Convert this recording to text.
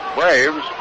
Braves